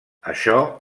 això